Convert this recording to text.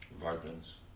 Vikings